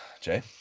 jay